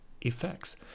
effects